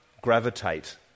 gravitate